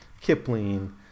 Kipling